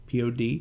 pod